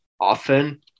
often